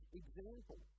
example